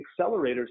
accelerators